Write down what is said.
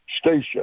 station